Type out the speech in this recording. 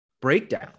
breakdown